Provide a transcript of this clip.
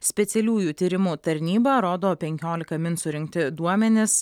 specialiųjų tyrimų tarnyba rodo penkiolika min surinkti duomenys